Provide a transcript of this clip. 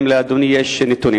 אם לאדוני יש נתונים?